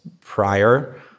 prior